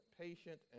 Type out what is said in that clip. patient